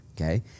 okay